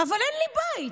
אבל אין לי בית.